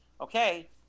okay